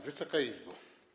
Wysoka Izbo!